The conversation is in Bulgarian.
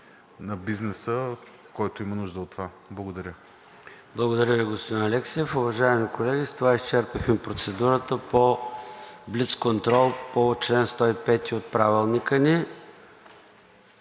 на бизнеса, който има нужда от това. Благодаря. ПРЕДСЕДАТЕЛ ЙОРДАН ЦОНЕВ: Благодаря Ви, господин Алексиев. Уважаеми колеги, с това изчерпахме процедурата по блицконтрол по чл. 105 от Правилника ни.